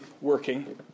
working